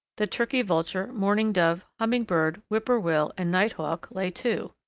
the turkey vulture, mourning dove, hummingbird, whip-poor-will, and nighthawk lay two.